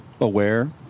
aware